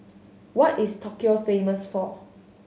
what is Tokyo famous for